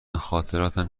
خاطراتم